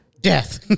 Death